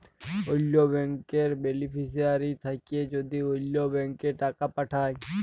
অল্য ব্যাংকের বেলিফিশিয়ারি থ্যাকে যদি অল্য ব্যাংকে টাকা পাঠায়